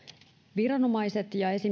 viranomaiset ja esimerkiksi